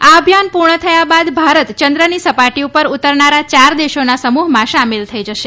આ અભિયાન પૂર્ણ થયા બાદ ભારત ચંદ્રની સપાટી પર ઉતરનારા ચાર દેશોના સમુહમાં સામેલ થઈ જશે